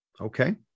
Okay